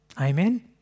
Amen